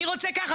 אני רוצה ככה.